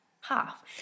Half